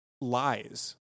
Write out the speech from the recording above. lies